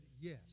yes